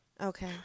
Okay